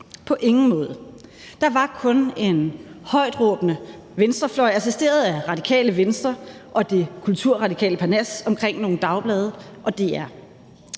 På ingen måde. Der var kun en højtråbende venstrefløj assisteret af Radikale Venstre og det kulturradikale parnas omkring nogle dagblade og DR.